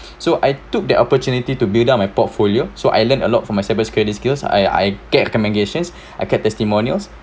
so I took that opportunity to build up my portfolio so I learnt a lot from my cyber security skills I I get recommendation I get testimonials